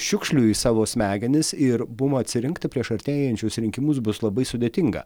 šiukšlių į savo smegenis ir mum atsirinkti prieš artėjančius rinkimus bus labai sudėtinga